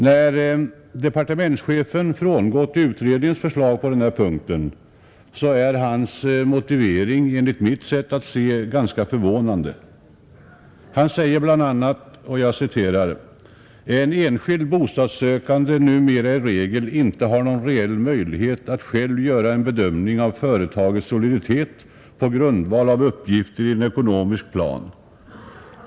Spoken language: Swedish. När departementschefen har frångått utredningens förslag på denna punkt är hans motivering enligt mitt sätt att se ganska förvånande, Han säger bl.a. att ”en enskild bostadssökande numera i regel inte har någon reell möjlighet att själv göra en bedömning av företagets soliditet på grundval av uppgifter i en ekonomisk plan.